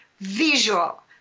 visual